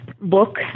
book